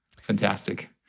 Fantastic